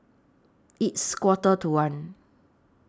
its Quarter to one